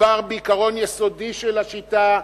מדובר בעיקרון יסודי של השיטה,